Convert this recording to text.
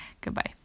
goodbye